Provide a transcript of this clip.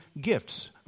gifts